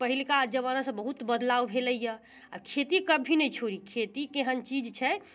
पहिलका जमानासँ बहुत किछु भेलैए आओर खेती कभी नहि छोड़ी खेती केहन चीज छै